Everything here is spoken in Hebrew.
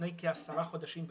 לפני כעשרה חודשים בערך,